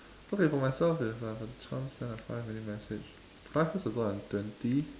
okay for myself if I have a chance to send a five minute message five years ago I was twenty